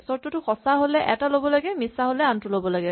চৰ্তটো সঁচা হ'লে এটা ল'ব লাগে মিছা হ'লে আনটো ল'ব লাগে